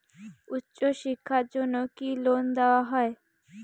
উচ্চশিক্ষার জন্য কি লোন দেওয়া হয়?